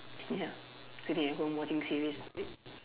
ya sitting at home watching series